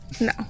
No